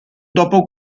dopo